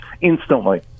instantly